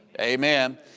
Amen